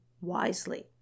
wisely